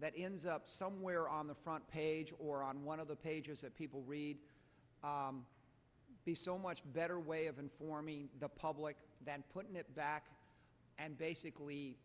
that ends up somewhere on the front page or on one of the pages that people read so much better way of informing the public than putting it back and